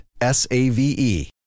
S-A-V-E